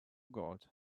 gold